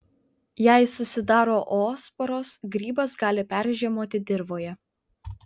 jei susidaro oosporos grybas gali peržiemoti dirvoje